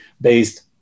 based